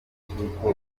cy’uko